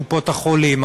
קופות-החולים,